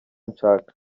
nshaka